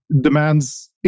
demands